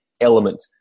element